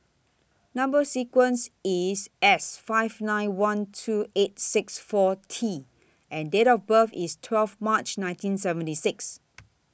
Number sequence IS S five nine one two eight six four T and Date of birth IS twelve March nineteen seventy six